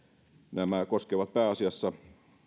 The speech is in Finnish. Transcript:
nämä koskevat pääasiassa